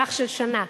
בטווח של שנה.